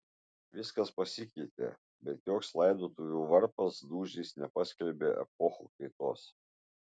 viskas pasikeitė bet joks laidotuvių varpas dūžiais nepaskelbė epochų kaitos